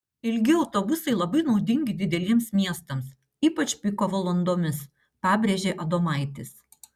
ilgi autobusai labai naudingi dideliems miestams ypač piko valandomis pabrėžė adomaitis